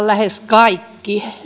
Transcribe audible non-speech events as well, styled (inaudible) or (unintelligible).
(unintelligible) lähes kaikki